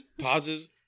pauses